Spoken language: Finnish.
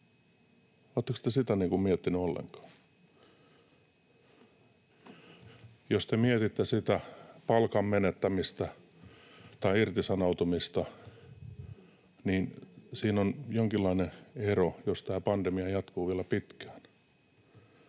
Oletteko te sitä miettineet ollenkaan? Jos te mietitte sitä palkan menettämistä tai irtisanoutumista, niin siinä on jonkinlainen ero, jos tämä pandemia jatkuu vielä pitkään.